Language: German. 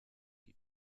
die